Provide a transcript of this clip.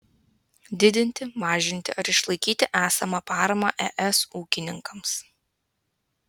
didinti mažinti ar išlaikyti esamą paramą es ūkininkams